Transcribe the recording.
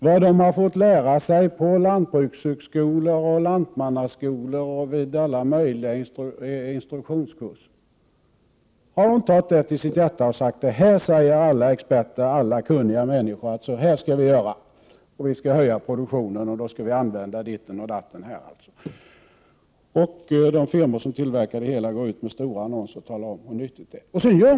Vad de har fått lära sig på lantbrukshögskola och lantmannaskolor och vid alla möjliga instruktionskurser har de tagit till sitt hjärta och sagt: Så här säger alla experter att vi skall göra. Vi skall höja produktionen, och då skall vi använda ditten och datten. Och de firmor som tillverkar det hela går ut med stora annonser och talar om, hur nyttigt det är.